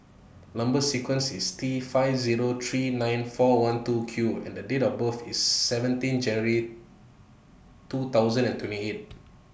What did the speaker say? Number sequence IS T five Zero three nine four one two Q and The Date of birth IS seventeen January two thousand and twenty eight